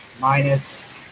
minus